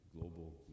Global